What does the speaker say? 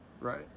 Right